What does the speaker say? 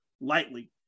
lightly